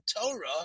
Torah